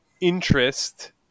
interest